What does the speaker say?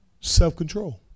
self-control